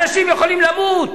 אנשים יכולים למות,